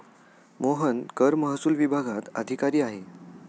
मोहन कर महसूल विभागात अधिकारी आहे